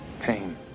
Pain